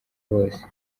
bose